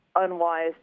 unwise